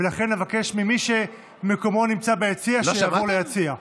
לכן, אבקש ממי שמקומו נמצא ביציע שיעבור ליציע,